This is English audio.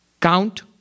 Count